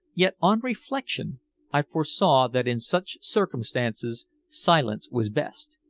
yet on reflection i foresaw that in such circumstances silence was best.